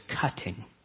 cutting